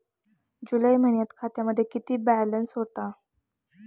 जुलै महिन्यात खात्यामध्ये किती बॅलन्स होता?